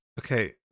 Okay